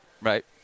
right